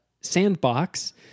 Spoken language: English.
sandbox